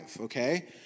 okay